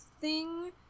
thing-